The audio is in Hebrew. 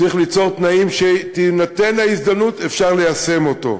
צריך ליצור תנאים שכשתינתן ההזדמנות יהיה אפשר ליישם אותו.